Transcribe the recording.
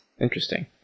Interesting